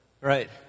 Right